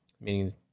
meaning